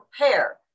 prepare